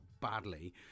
badly